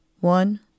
One